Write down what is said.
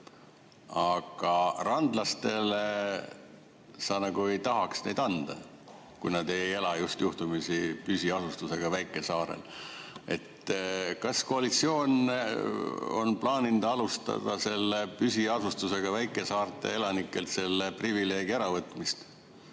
aga randlastele sa nagu ei tahaks neid anda, kui nad ei ela just juhtumisi püsiasustusega väikesaarel, kas koalitsioon on plaaninud alustada püsiasustusega väikesaarte elanikelt selle privileegi äravõtmist?